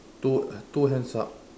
two two hands up